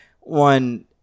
one